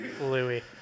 Louis